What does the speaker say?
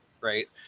right